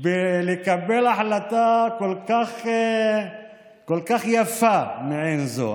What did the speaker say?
לקבל החלטה יפה כל כך מעין זו?